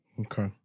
Okay